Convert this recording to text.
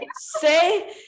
say